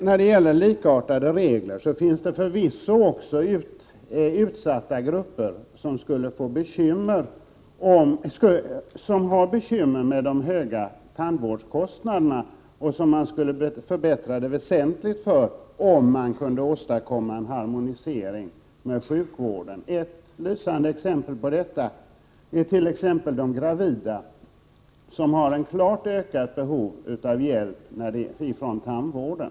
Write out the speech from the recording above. Beträffande likartade regler finns det förvisso utsatta grupper som har bekymmer med de höga tandvårdskostnaderna och som man skulle förbättra det väsentligt för om man kunde åstadkomma en harmonisering med sjukvården. Ett lysande exempel på det är de gravida, som har ett klart ökat behov av hjälp från tandvården.